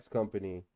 company